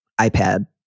iPad